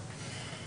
המחוקק.